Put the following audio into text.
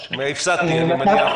הפסדתי, אני מניח.